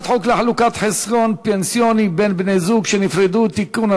לחלוקת חיסכון פנסיוני בין בני-זוג שנפרדו (תיקון),